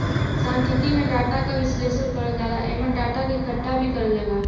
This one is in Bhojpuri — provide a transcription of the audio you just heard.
सांख्यिकी में डाटा क विश्लेषण करल जाला एमन डाटा क इकठ्ठा भी करल जाला